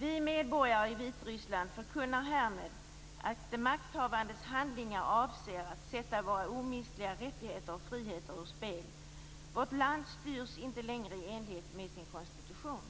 Vi medborgare i Vitryssland förkunnar härmed att de makthavandes handlingar avser att sätta våra omistliga rättigheter och friheter på spel. Vårt land styrs inte längre i enlighet med sin konstitution.